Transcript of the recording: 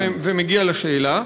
אני מסיים ומגיע לשאלה.